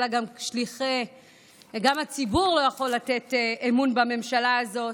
אלא גם הציבור לא יכול לתת אמון בממשלה הזאת.